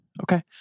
okay